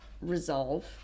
resolve